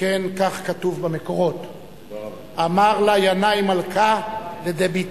שכן כך כתוב במקורות: אמר לה ינאי מלכא לדבִּיתיה,